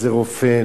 איזה רופא,